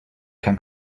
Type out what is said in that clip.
can